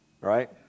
Right